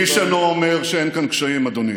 איש אינו אומר שאין כאן קשיים, אדוני.